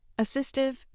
assistive